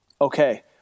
Okay